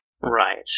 Right